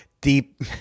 deep